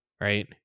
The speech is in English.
Right